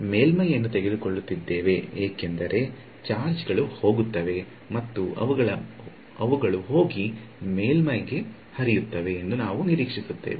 ಮೇಲ್ಮೈಯನ್ನು ತೆಗೆದುಕೊಳ್ಳುತ್ತಿದ್ದೇವೆ ಏಕೆಂದರೆ ಚಾರ್ಜ್ ಗಳು ಹೋಗುತ್ತವೆ ಮತ್ತು ಅವುಗಳು ಹೋಗಿ ಮೇಲ್ಮೈಗೆ ಹರಿಯುತ್ತವೆ ಎಂದು ನಾವು ನಿರೀಕ್ಷಿಸುತ್ತೇವೆ